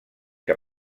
que